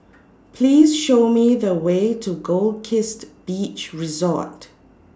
Please Show Me The Way to Goldkist Beach Resort